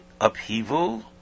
upheaval